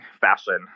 fashion